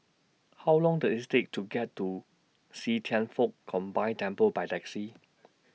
How Long Does IT Take to get to See Thian Foh Combined Temple By Taxi